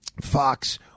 Fox